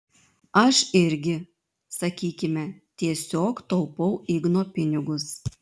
aš irgi sakykime tiesiog taupau igno pinigus